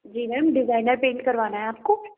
जी ma'am designer paint करवाना है आपको